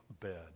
bed